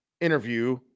interview